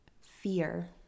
fear